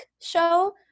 show